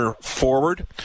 forward